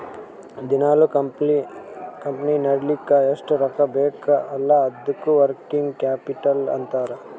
ದಿನಾಲೂ ಕಂಪನಿ ನಡಿಲ್ಲಕ್ ಎಷ್ಟ ರೊಕ್ಕಾ ಬೇಕ್ ಅಲ್ಲಾ ಅದ್ದುಕ ವರ್ಕಿಂಗ್ ಕ್ಯಾಪಿಟಲ್ ಅಂತಾರ್